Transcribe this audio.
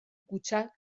kutxa